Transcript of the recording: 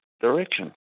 direction